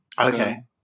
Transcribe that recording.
Okay